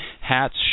Hats